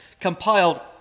compiled